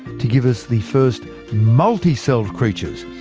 to give us the first multi-celled creatures,